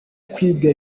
kwiga